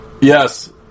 Yes